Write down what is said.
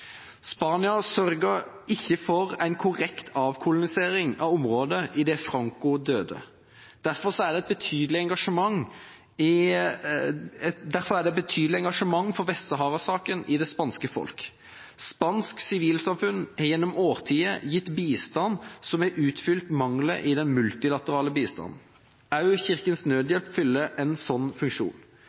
Spania sørget ikke for en korrekt avkolonisering av området idet Franco døde. Derfor er det betydelig engasjement for Vest-Sahara-saken i det spanske folk. Spansk sivilsamfunn har gjennom årtier gitt bistand som har utfylt mangler i den multilaterale bistanden. Også Kirkens Nødhjelp fyller en sånn funksjon.